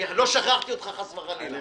אני לא שכחתי אותך, חס וחלילה.